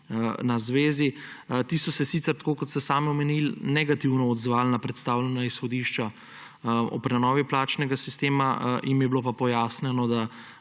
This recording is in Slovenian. na zvezi. Ti so se sicer, tako kot ste sami omenili, negativno odzvali na predstavljena izhodišča o prenovi plačnega sistema, jim je bilo pa pojasnjeno, da